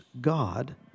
God